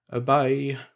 Bye